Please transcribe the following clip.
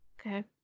Okay